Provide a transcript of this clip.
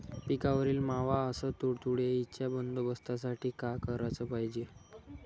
पिकावरील मावा अस तुडतुड्याइच्या बंदोबस्तासाठी का कराच पायजे?